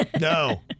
No